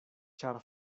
ĉar